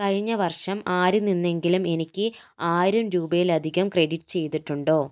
കഴിഞ്ഞ വർഷം ആരിൽ നിന്നെങ്കിലും എനിക്ക് ആയിരം രൂപയിലധികം ക്രെഡിറ്റ് ചെയ്തിട്ടുണ്ടോ